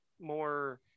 more